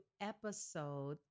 episode